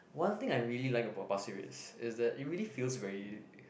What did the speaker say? one thing I really like about Pasir-Ris is that it really feels very